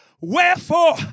Wherefore